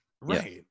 right